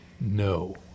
no